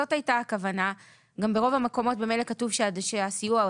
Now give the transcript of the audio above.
מה שאנחנו מבקשים לוודא זה שהמשמעות של הסעיף,